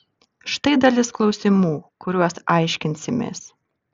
štai dalis klausimų kuriuos aiškinsimės